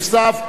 מי בעד?